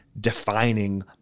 defining